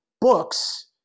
books